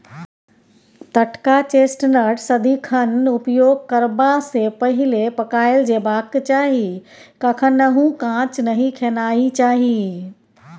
टटका चेस्टनट सदिखन उपयोग करबा सँ पहिले पकाएल जेबाक चाही कखनहुँ कांच नहि खेनाइ चाही